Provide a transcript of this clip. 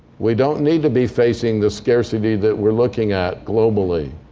we don't need to be facing the scarcity that we're looking at globally.